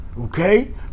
okay